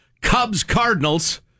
Cubs-Cardinals